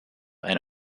and